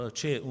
c'è